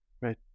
Right